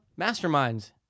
Masterminds